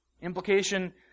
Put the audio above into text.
Implication